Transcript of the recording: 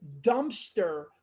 dumpster